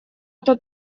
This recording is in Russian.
это